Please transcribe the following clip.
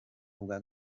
ubwa